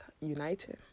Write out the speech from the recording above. united